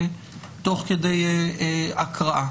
כדי לשלב אותם בקהילה,